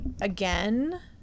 again